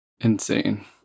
Insane